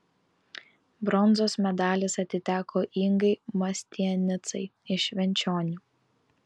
bronzos medalis atiteko ingai mastianicai iš švenčionių